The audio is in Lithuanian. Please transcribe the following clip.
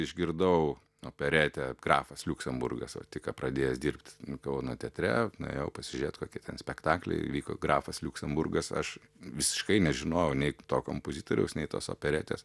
išgirdau operetę grafas liuksemburgas va tik ką pradėjęs dirbt kauno teatre nuėjau pasižiūrėt kokie ten spektakliai vyko grafas liuksemburgas aš visiškai nežinojau nei to kompozitoriaus nei tos operetės